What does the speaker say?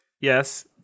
Yes